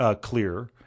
clear